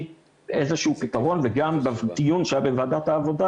איזה שהוא פתרון וגם בדיון שהיה בוועדת העבודה